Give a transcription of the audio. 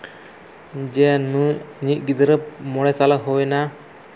ᱡᱮ ᱱᱩᱭ ᱤᱧᱤᱧ ᱜᱤᱫᱽᱨᱟᱹ ᱢᱚᱬᱮ ᱥᱟᱞᱮ ᱦᱩᱭ ᱮᱱᱟ